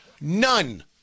None